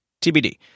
TBD